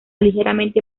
ligeramente